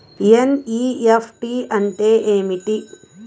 NEFT అంటే ఏమిటి?